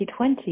2020